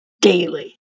daily